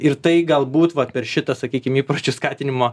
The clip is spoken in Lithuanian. ir tai galbūt va per šitą sakykim įpročių skatinimo